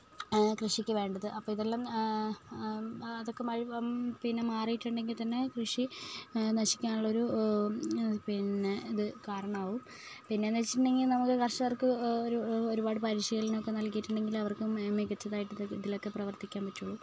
കൃഷിക്ക് വേണ്ടത് അപ്പം ഇതെല്ലാം അതൊക്കെ പിന്നെ മാറിയിട്ടുണ്ടെങ്കിൽ തന്നെ കൃഷി നശിക്കാനുള്ളൊരു പിന്നെ ഇത് കാരണമാകും പിന്നെ എന്ന് വെച്ചിട്ടുണ്ടെങ്കിൽ നമുക്ക് കർഷകർക്ക് ഒരുപാട് പരിശീലനം ഒക്കെ നൽകിയിട്ടുണ്ടെങ്കിൽ അവർക്കും മികച്ചതായിട്ട് രീതിയിലൊക്കെ പ്രവർത്തിക്കാൻ പറ്റും